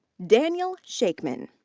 daniel shankman.